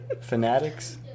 Fanatics